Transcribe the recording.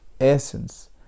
essence